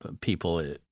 people